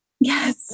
Yes